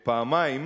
פעמיים.